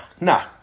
no